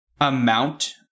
amount